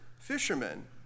fishermen